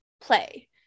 play